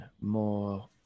more